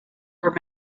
were